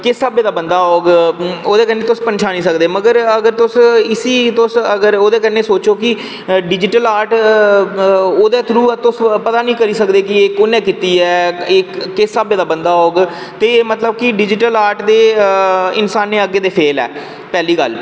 किस स्हाबै दा बंदा होग ओह्दे कन्नै तुस पंछानी सकदे पर अगर इसी तुस ओह्दे कन्नै सोचो कि डिजीटल आर्ट ओह्दे थ्रू सोचो तुस पता निं करी सकदे की कुन्ने कीती ऐ की किस स्हाबै दा बंदा होग ते एह् डिजीटल आर्ट ते इंसानें अग्गें फेल ऐ पैह्ली गल्ल